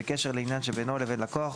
בקשר לעניין שבינו לבין לקוח,